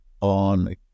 on